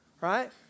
right